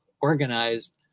organized